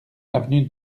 avenue